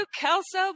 Kelso